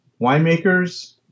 winemakers